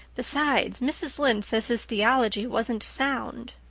besides, mrs. lynde says his theology wasn't sound.